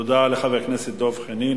תודה לחבר הכנסת דב חנין.